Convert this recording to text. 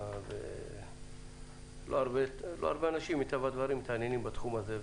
לא הרבה אנשים מתעניינים בתחום הזה,